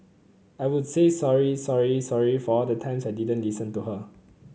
I would say sorry sorry sorry for all the times I didn't listen to her